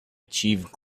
achieve